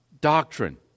doctrine